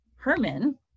Herman